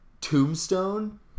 Tombstone